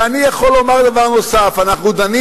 ואני יכול לומר דבר נוסף: אנחנו דנים